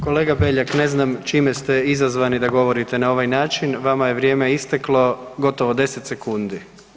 Kolega Beljak, čime ste izazvani da govorite na ovaj način, vama je vrijeme isteklo gotovo 10 sekundi.